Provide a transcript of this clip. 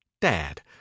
dad